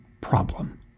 problem